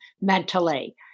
mentally